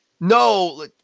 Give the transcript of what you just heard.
no